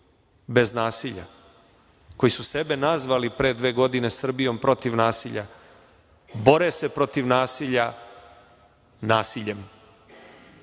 bez nasilja, koji su sebe nazvali pre dve godine „Srbijom protiv nasilja“ bore se protiv nasilja nasiljem.